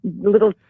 little